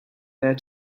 there